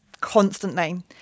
constantly